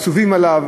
מצווים עליו,